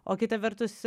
o kita vertus